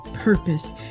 Purpose